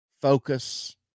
focus